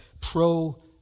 pro